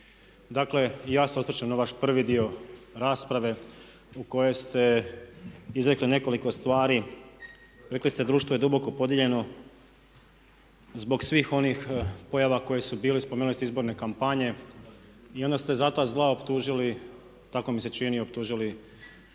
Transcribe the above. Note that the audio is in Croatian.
Dakle, ja se osvrćem na vaš prvi dio rasprave u kojoj ste izrekli nekoliko stvari. Rekli ste, društvo je duboko podijeljeno zbog svih onih pojava koje su bili, spomenuli ste izborne kampanje i onda ste za ta zla optužili, tako mi se čini, optužili